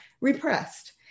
repressed